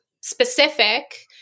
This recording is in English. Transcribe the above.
specific